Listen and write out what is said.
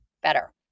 better